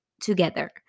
together